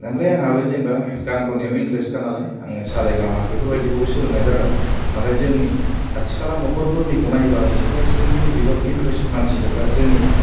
आमफ्राय आंहाबो जेनावबा गान खननायाव इनथ्रेसखा नालाय आङो सारेगामा बेफोर बायदिखौबो सोलोंनाय जादों आमफ्राय जोंनि खाथि खाला न'खरफोरनिखौ नायोबा बिसोर गासिबो मिउजिकाव इनथ्रेस मानसि जोबखा जों जोंनि